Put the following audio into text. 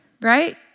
right